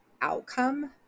outcome